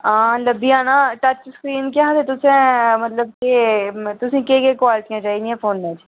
हां लब्भी जाना टच स्क्रिन केह् आखदे तुस मतलब कि तुसे गी केह् केह् क्वालिटी चाहिदी ऐ फोने च